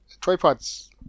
tripods